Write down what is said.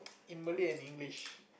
in Malay and English